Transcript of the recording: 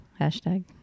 hashtag